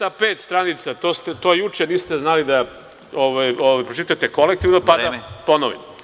Dakle, 205 stranica, to juče niste znali da pročitate kolektivno, pa da ponovim.